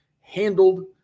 handled